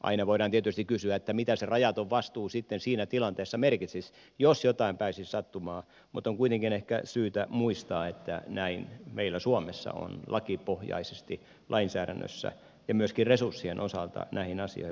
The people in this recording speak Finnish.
aina voidaan tietysti kysyä että mitä se rajaton vastuu merkitsisi siinä tilanteessa jos jotain pääsisi sattumaan mutta on kuitenkin ehkä syytä muistaa että näin meillä suomessa on lakipohjaisesti lainsäädännössä ja myöskin resurssien osalta näihin asioihin varauduttu